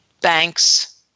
banks